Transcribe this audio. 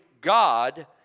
God